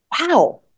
wow